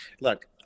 Look